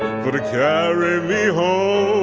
for to carry me home